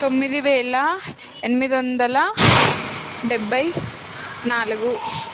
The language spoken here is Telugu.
తొమ్మిది వేల ఎనిమిది వందల డెబ్భై నాలుగు